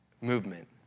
movement